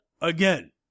again